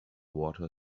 water